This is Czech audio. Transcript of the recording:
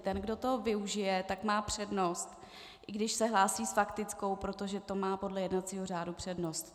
Ten, kdo toho využije, má přednost, i když se hlásí s faktickou, protože to má podle jednacího řádu přednost.